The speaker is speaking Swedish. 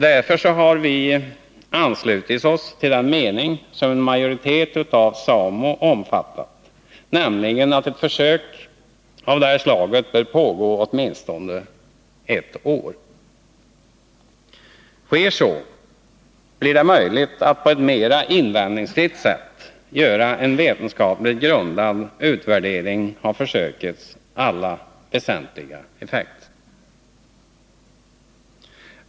Därför har vi anslutit oss till den mening som en majoritet inom SAMO omfattat, nämligen att försök av det här slaget bör pågå åtminstone ett år. Sker så, blir det möjligt att på ett mera invändningsfritt sätt göra en vetenskapligt grundad utvärdering av försökets alla väsentliga effekter.